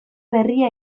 berria